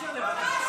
אי-אפשר לוותר.